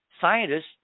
Scientists